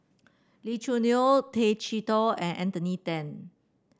Lee Choo Neo Tay Chee Toh and Anthony Then